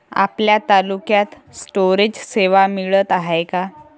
आपल्या तालुक्यात स्टोरेज सेवा मिळत हाये का?